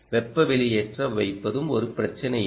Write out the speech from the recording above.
வெப்ப வெளியேற்றம் வைப்பதும் ஒரு பிரச்சினை அல்ல